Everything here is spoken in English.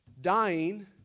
Dying